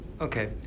Okay